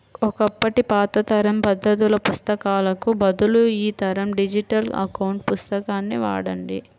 ఒకప్పటి పాత తరం పద్దుల పుస్తకాలకు బదులు ఈ తరం డిజిటల్ అకౌంట్ పుస్తకాన్ని వాడండి